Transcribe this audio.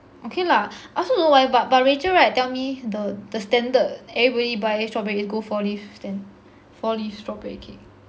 okay lah I also don't know why but but rachel right tell me the the standard everybody buy strawberry go four leaves then four leaves strawberry cake